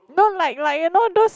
no like like you know those